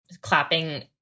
clapping